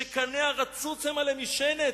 שקנה הרצוץ המה למשענת".